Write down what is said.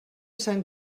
sant